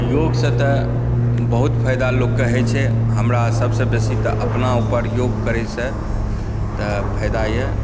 योगसॅं तऽ बहुत फ़ायदा लोकके होइ छै हमरा सभसे बेसी तऽ अपना ऊपर योग करयसँ तऽ फ़ायदा यऽ